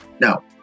No